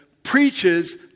preaches